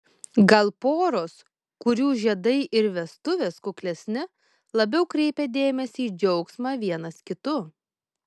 gal poros kurių žiedai ir vestuvės kuklesni labiau kreipia dėmesį į džiaugsmą vienas kitu